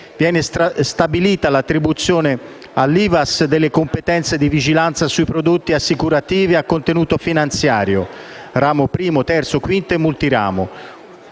viene stabilita l'attribuzione all'IVASS delle competenze di vigilanza sui prodotti assicurativi a contenuto finanziario (ramo I, III, V e multiramo),